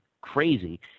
crazy